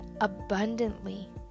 abundantly